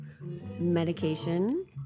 medication